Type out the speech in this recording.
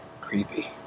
creepy